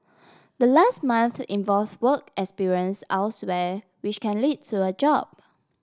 the last month involves work experience elsewhere which can lead to a job